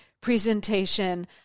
presentation